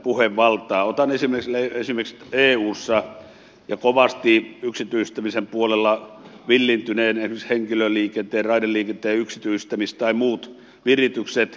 otan esimerkiksi eussa ja kovasti yksityistämisen puolella villiintyneen henkilöliikenteen raideliikenteen yksityistämis tai muut viritykset